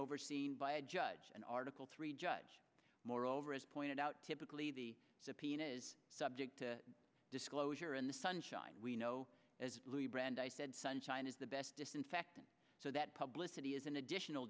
overseen by a judge and article three judge moreover as pointed out typically the subpoena is subject to disclosure and the sunshine we know as louis brandeis said sunshine is the best disinfectant so that published it is an additional